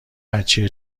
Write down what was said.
بچه